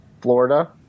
Florida